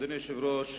אדוני היושב-ראש,